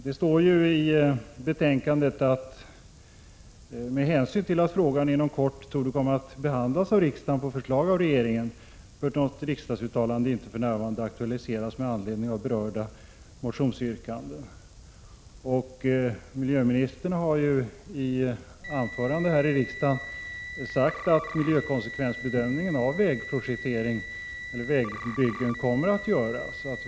Det står ju i betänkandet att med hänsyn till att frågan inom kort torde komma att behandlas av riksdagen på förslag av regeringen, bör något riksdagsuttalande inte för närvarande aktualiseras med anledning av berörda motionsyrkanden. Miljöministern har i anförande här i riksdagen sagt att miljökonsekvensbedömningar avseende vägbyggen kommer att göras.